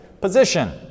position